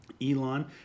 Elon